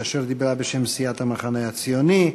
שעכשיו דיברה בשם סיעת המחנה הציוני.